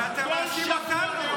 בכל שבוע, את כל ההפצצות בסוריה.